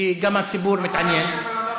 כי גם הציבור מתעניין.